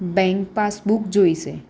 bank passbook જોઇશે